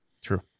true